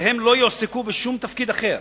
והם לא יועסקו בשום תפקיד אחר.